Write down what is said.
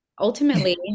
ultimately